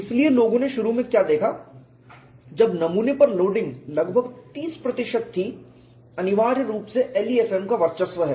इसलिए लोगों ने शुरू में क्या देखा जब नमूने पर लोडिंग लगभग 30 प्रतिशत थी अनिवार्य रूप से LEFM का वर्चस्व है